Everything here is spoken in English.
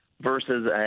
versus